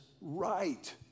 right